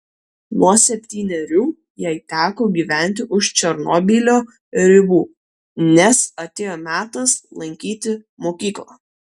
nuo septynerių jai teko gyventi už černobylio ribų nes atėjo metas lankyti mokyklą